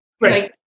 Right